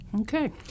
okay